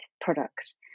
products